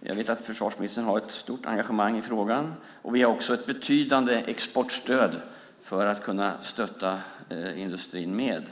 Jag vet att försvarsministern har ett stort engagemang i frågan. Vi har också ett betydande exportstöd för att kunna stötta industrin.